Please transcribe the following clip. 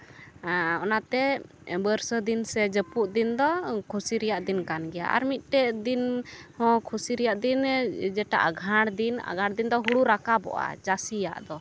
ᱚᱱᱟᱛᱮ ᱵᱟᱹᱨᱥᱟᱹ ᱫᱤᱱ ᱥᱮ ᱡᱟᱹᱯᱩᱫ ᱫᱤᱱ ᱫᱚ ᱠᱷᱩᱥᱤ ᱨᱮᱭᱟᱜ ᱫᱤᱱ ᱠᱟᱱ ᱜᱮᱭᱟ ᱟᱨ ᱢᱤᱫᱴᱮᱱ ᱫᱤᱱ ᱦᱚᱸ ᱠᱷᱩᱥᱤ ᱨᱮᱭᱟᱜ ᱫᱤᱱ ᱡᱮᱴᱟ ᱟᱸᱜᱷᱟᱲ ᱫᱤᱱ ᱟᱸᱜᱷᱟᱲ ᱫᱤᱱ ᱫᱚ ᱦᱩᱲᱩ ᱠᱚ ᱨᱟᱠᱟᱵᱚᱜᱼᱟ ᱪᱟᱹᱥᱤᱭᱟᱜ ᱫᱚ